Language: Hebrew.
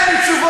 תן לי תשובות.